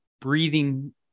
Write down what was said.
breathing